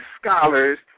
scholars